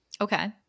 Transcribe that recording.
Okay